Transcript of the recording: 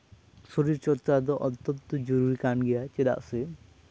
ᱥᱚᱨᱤᱨ ᱪᱚᱨᱪᱟ ᱫᱚ ᱚᱛᱛᱚᱱᱛᱚ ᱡᱩᱨᱩᱨᱤ ᱠᱟᱱ ᱜᱮᱭᱟ ᱪᱮᱫᱟᱜ ᱥᱮ